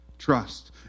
trust